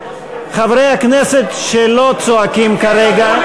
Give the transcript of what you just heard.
חברי הכנסת שלא צועקים כרגע,